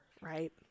Right